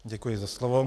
Děkuji za slovo.